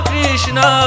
Krishna